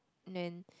and then